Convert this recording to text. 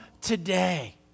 today